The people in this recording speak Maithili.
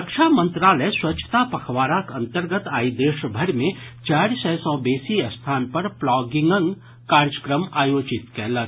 रक्षा मंत्रालय स्वच्छता पखवाड़ाक अंतर्गत आइ देश भरि मे चारि सय सँ बेसी स्थान पर प्लॉगिंग कार्यक्रम आयोजित कयलक